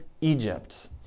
Egypt